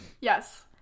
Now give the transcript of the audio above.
Yes